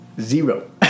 Zero